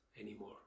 anymore